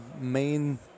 main